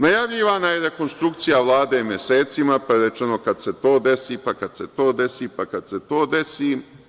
Najavljivana je rekonstrukcija Vlade mesecima, pa je rečeno – kad se to desi, pa kad se to desi, pa kad se to desi.